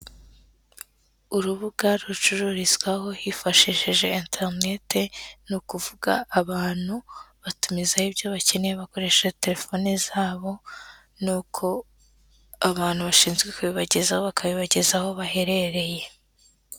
Urubuga rucururizwaho hifashishije enterinete, ni ukuvuga abantu batumizaho ibyo bakeneye bakoresha telefoni zabo, n'uko abantu bashinzwe kubibagezaho bakabibagezaho aho baherereye.